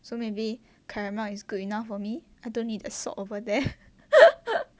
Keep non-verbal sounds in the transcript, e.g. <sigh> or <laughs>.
so maybe caramel is good enough for me I don't need a salt over there <laughs>